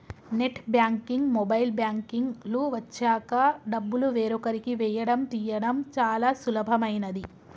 net banking, mobile banking లు వచ్చాక డబ్బులు వేరొకరికి వేయడం తీయడం చాలా సులభమైనది